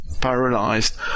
paralyzed